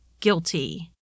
guilty